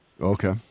okay